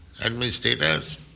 administrators